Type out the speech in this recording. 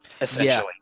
essentially